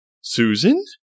Susan